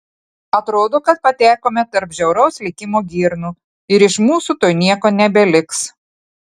atrodo kad patekome tarp žiauraus likimo girnų ir iš mūsų tuoj nieko nebeliks